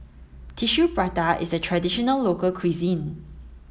Tissue Prata is a traditional local cuisine